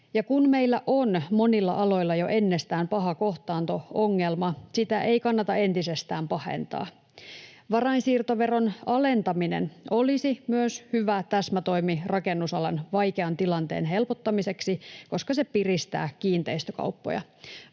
kun meillä on monilla aloilla jo ennestään paha kohtaanto-ongelma, sitä ei kannata entisestään pahentaa. Varainsiirtoveron alentaminen olisi myös hyvä täsmätoimi rakennusalan vaikean tilanteen helpottamiseksi, koska se piristää kiinteistökauppoja.